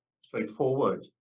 straightforward